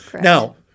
Now